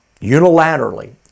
unilaterally